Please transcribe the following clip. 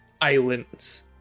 islands